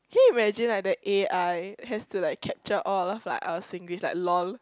can you imagine like the a_i has to like capture all of like our Singlish like lol